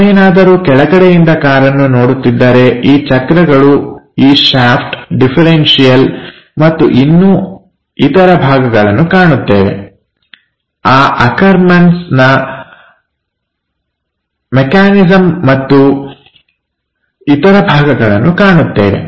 ನಾವೇನಾದರೂ ಕೆಳಗಡೆಯಿಂದ ಕಾರನ್ನು ನೋಡುತ್ತಿದ್ದರೆ ಈ ಚಕ್ರಗಳು ಈ ಶಾಫ್ಟ್ ಡಿಫರೆನ್ಸಿಯಲ್ ಮತ್ತು ಇನ್ನೂ ಇತರ ಭಾಗಗಳನ್ನು ಕಾಣುತ್ತೇವೆ ಆ ಅಕರ್ ಮನ್ನ ಮೆಕ್ಯಾನಿಸಂ ಮತ್ತು ಇತರ ಭಾಗಗಳನ್ನು ಕಾಣುತ್ತೇವೆ